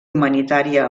humanitària